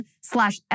slash